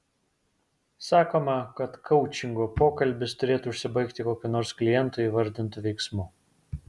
sakoma kad koučingo pokalbis turėtų užsibaigti kokiu nors kliento įvardintu veiksmu